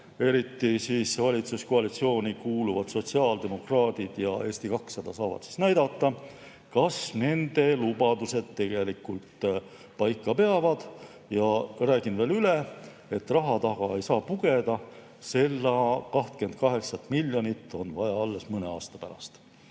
Eriti valitsuskoalitsiooni kuuluvad sotsiaaldemokraadid ja Eesti 200 [liikmed] saavad näidata, kas nende lubadused tegelikult paika peavad. Räägin veel üle, et raha [puudumise] taha ei saa pugeda, seda 28 miljonit on vaja alles mõne aasta pärast.